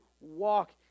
walk